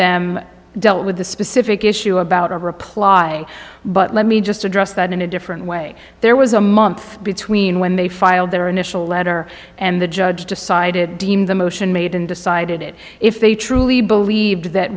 them dealt with the specific issue about a reply but let me just address that in a different way there was a month between when they filed their initial letter and the judge decided deem the motion made and decided if they truly believed that